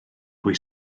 bwy